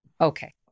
Okay